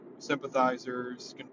sympathizers